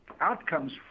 outcomes